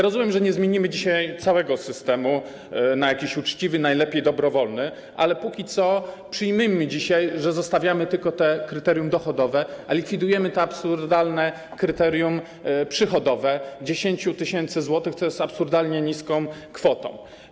Rozumiem, że nie zmienimy dzisiaj całego systemu na jakiś uczciwy, najlepiej dobrowolny, ale przyjmijmy dzisiaj, że zostawiamy tylko kryterium dochodowe, a likwidujemy absurdalne kryterium przychodowe 10 tys. zł, co jest absurdalnie niską kwotą.